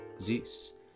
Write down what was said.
Zeus